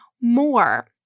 more